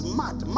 mad